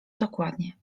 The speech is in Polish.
dokładnie